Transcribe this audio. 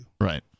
Right